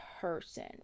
person